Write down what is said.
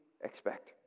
expect